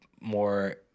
more